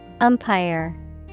Umpire